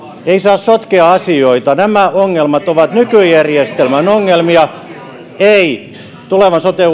ei saa sotkea asioita nämä ongelmat ovat nykyjärjestelmän ongelmia eivät tulevan sote